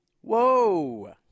Whoa